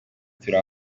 turi